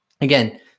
Again